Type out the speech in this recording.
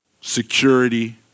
security